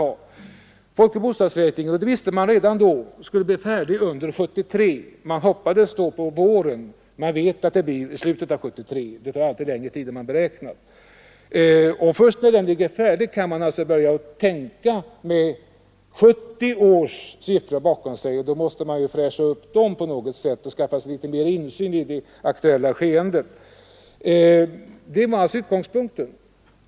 Man visste redan då att folkoch bostadsräkningen skulle bli färdig under 1973, och man hoppades att det skulle ske på våren i år. Nu vet vi att utredningen blir klar först i slutet av detta år; det tar alltid litet längre tid än man beräknar. Och först när den utredningens betänkande är klart kan man börja planera med 1970 års siffror bakom sig — som givetvis då måste fräschas upp på något sätt. Vi måste ju skaffa oss litet mera insyn i det aktuella skeendet. Det var alltså utgångspunkten.